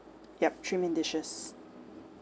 yup three main dishes